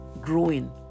growing